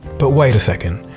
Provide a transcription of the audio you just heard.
but wait a second!